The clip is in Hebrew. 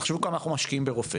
תחשבו כמה אנחנו משקיעים, למשל, ברופא